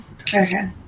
Okay